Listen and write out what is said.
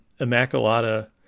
Immaculata